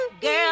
girl